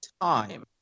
time